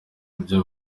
byo